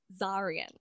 Zarian